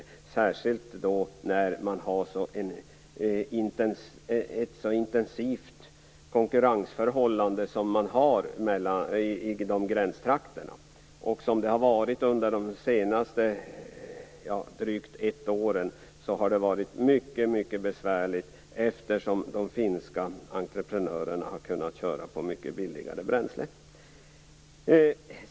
Det gäller särskilt när man har ett så intensivt konkurrensförhållande som i dessa gränstrakter. Det senaste dryga året har det varit mycket besvärligt, eftersom de finska entreprenörerna har kunnat köra på mycket billigare bränsle.